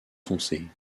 foncés